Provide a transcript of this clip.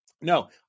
No